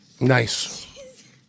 Nice